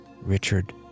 Richard